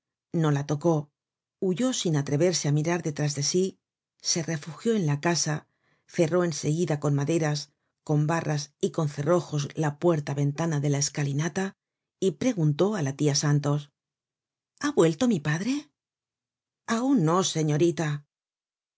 no la tocó huyó sin atreverse á mirar detrás de sí se refugió en la casa cerró en seguida con maderas con barras y con cerrojos la puerta ventana de la escalinata y preguntó á la tia santos ha vuelto mi padre aun no señorita